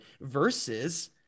versus